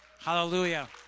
Hallelujah